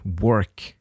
work